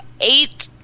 eight